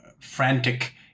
frantic